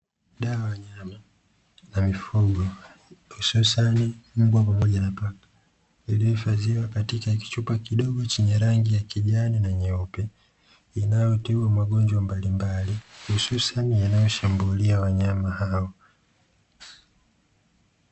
Dawa ya wanyama na mifugo hususani mbwa pamoja na paka iliyohifadhiwa katika kichupa kidogo chenye rangi ya kijani na nyeupe, inayotibu magonjwa mbalimbali hususani yanayoshambulia wanyama hao.